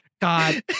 God